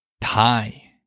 Tie